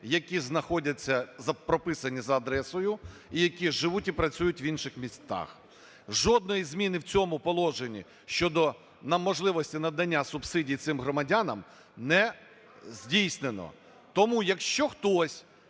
які знаходяться, прописані за адресою і які живуть і працюють в інших містах. Жодної зміни в цьому положенні щодо нам можливості надання субсидії цим громадянам не здійснено. Тому якщо хтось